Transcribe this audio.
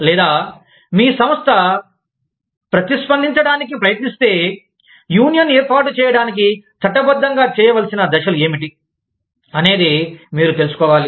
లేదా మీ సంస్థ ప్రతిస్పందించడానికి ప్రయత్నిస్తే యూనియన్ ఏర్పాటు చేయడానికి చట్టబద్ధంగా చేయవలసిన దశలు ఏమిటి అనేది మీరు తెలుసుకోవాలి